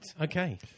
okay